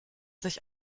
sich